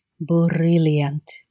brilliant